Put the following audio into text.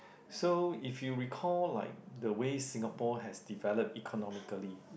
so if you recall like the way Singapore has develop economically